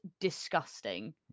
disgusting